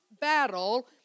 battle